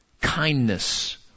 kindness